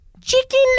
chicken